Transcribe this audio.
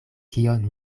kion